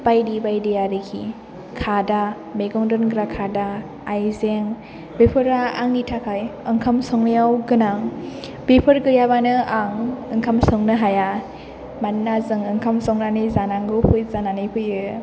बायदि बायदि आरोखि खादा मैगं दोनग्रा खादा आयजें बेफोरो आंनि थाखाय ओंखाम संनायाव गोनां बेफोर गैयाबानो आं ओंखाम संनो हाया मानोना जों ओंखाम संनानै जानांगौ फै जानानै फैयो